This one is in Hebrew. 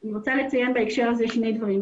אני רוצה לציין בהקשר הזה שני דברים.